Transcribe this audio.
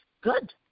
good